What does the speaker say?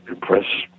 press